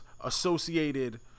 associated